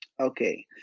okay